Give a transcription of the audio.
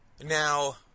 Now